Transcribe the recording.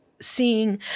seeing